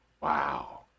Wow